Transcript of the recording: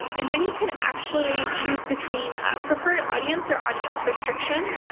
um and then you can actually choose between a preferred audience or audience restriction.